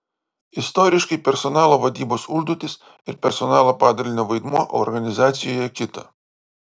istoriškai personalo vadybos užduotys ir personalo padalinio vaidmuo organizacijoje kito